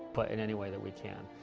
but in any way that we can,